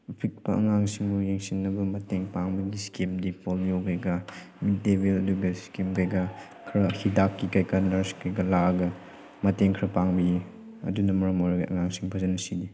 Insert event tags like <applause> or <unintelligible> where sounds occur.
ꯑꯄꯤꯛꯄ ꯑꯉꯥꯡꯁꯤꯡꯕꯨ ꯌꯦꯡꯁꯤꯟꯅꯕ ꯃꯇꯦꯡ ꯄꯥꯡꯅꯕ ꯏꯁꯀꯤꯝꯗꯤ ꯄꯣꯂꯤꯑꯣ ꯀꯩꯀꯥ <unintelligible> ꯑꯗꯨꯒ ꯁꯀꯤꯝ ꯀꯩꯀꯥ ꯈꯔ ꯍꯤꯗꯥꯛꯀꯤ ꯀꯩꯀꯥ ꯅꯔꯁ ꯀꯩꯀꯥ ꯂꯥꯛꯑꯒ ꯃꯇꯦꯡ ꯈꯔ ꯄꯥꯡꯕꯤ ꯑꯗꯨꯅ ꯃꯔꯝ ꯑꯣꯏꯔꯒ ꯑꯉꯥꯡꯁꯤꯡ ꯐꯖꯅ ꯁꯤꯗꯦ